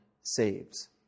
saves